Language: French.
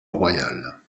royale